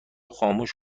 خاموش